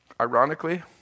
ironically